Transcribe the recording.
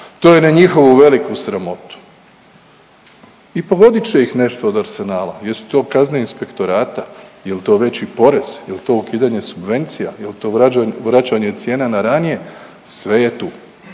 To je na njihovu veliku sramotu i pogodit će ih nešto od arsenala jesu to kazne inspektorata, jel to veći porez, jel to ukidanje subvencija, jel to vraćanje cijena na ranije, sve je tu,